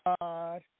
God